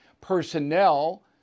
personnel